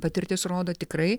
patirtis rodo tikrai